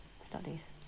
studies